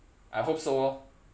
I hope so orh